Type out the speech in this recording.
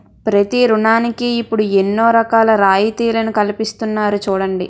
ప్రతి ఋణానికి ఇప్పుడు ఎన్నో రకాల రాయితీలను కల్పిస్తున్నారు చూడండి